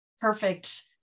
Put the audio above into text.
perfect